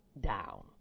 down